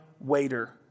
waiter